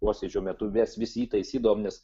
posėdžio metu mes jį vis taisydavom nes